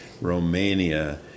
Romania